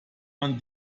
man